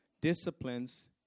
disciplines